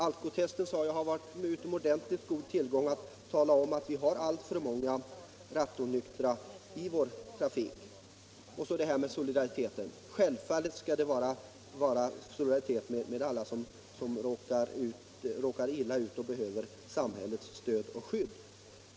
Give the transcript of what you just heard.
Alkotesten har varit en utomordentligt god tillgång när det gällt ått visa att vi har alltför många rattonyktra i trafiken. Och så detta med solidariteten. Självfallet skall vi visa solidaritet med alla som råkar illa ut och behöver samhällets stöd och hjälp.